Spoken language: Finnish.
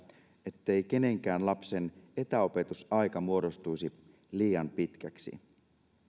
ettei kenenkään lapsen etäopetusaika muodostuisi liian pitkäksi